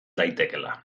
daitekeela